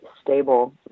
stable